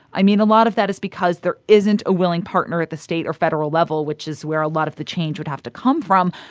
i mean, a lot of that is because there isn't a willing partner at the state or federal level, which is where a lot of the change would have to come from.